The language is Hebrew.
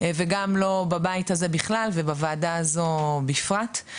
גם לא בבית הזה בכלל ובוועדה הזו בפרט.